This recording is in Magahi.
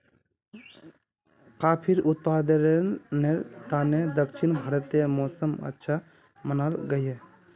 काफिर उत्पादनेर तने दक्षिण भारतेर मौसम अच्छा मनाल गहिये